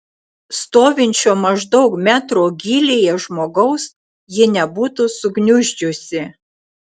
stovinčio maždaug metro gylyje žmogaus ji nebūtų sugniuždžiusi